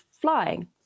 flying